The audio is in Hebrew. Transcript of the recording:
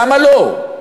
למה לא?